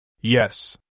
Yes